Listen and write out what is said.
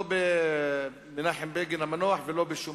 לא במנחם בגין המנוח ולא בשום